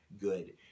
good